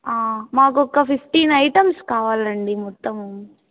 మాకు ఒక fifteen items కావాలండి మొత్తము